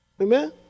Amen